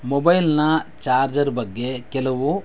ಮೊಬೈಲ್ನ ಚಾರ್ಜರ್ ಬಗ್ಗೆ ಕೆಲವು